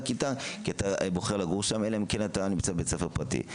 כיתה כי אתה בוחר לגור שם אלא אם כן אתה נמצא בבית ספר פרטי.